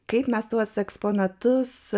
kaip mes tuos eksponatus